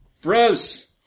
Bruce